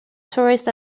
tourist